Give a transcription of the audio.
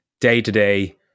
day-to-day